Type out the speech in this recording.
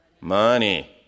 money